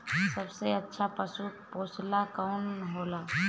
सबसे अच्छा पशु पोसेला कौन होला?